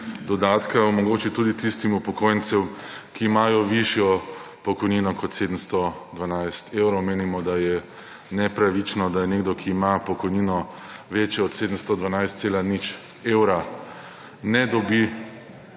dodatka omogoči tudi tistim upokojencem, ki imajo višjo pokojnino kot 712 evrov. Menimo, da je nepravično, da nekdo, ki ima pokojnino večjo od 712,0 evra, ne dobi,